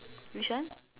which one